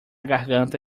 garganta